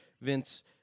Vince